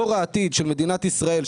דור העתיד של מדינת ישראל,